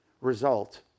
result